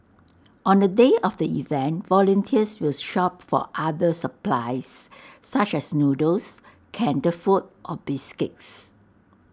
on the day of the event volunteers will shop for other supplies such as noodles canned food or biscuits